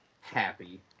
Happy